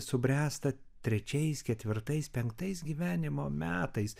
subręsta trečiais ketvirtais penktais gyvenimo metais